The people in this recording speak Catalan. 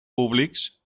públics